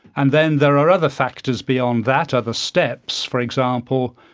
and then there are other factors beyond that, other steps. for example,